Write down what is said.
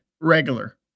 Regular